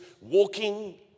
walking